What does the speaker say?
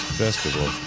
festival